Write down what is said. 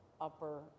upper